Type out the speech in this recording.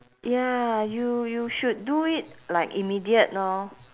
ya you you should do it like immediate lor